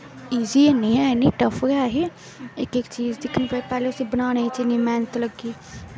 easy निं है इन्नी टफ गै ही इक इक चीज दिक्खनी पैह्लें उसी बनाने च इन्नी मैह्नत लग्गी